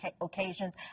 occasions